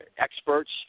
experts